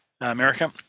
America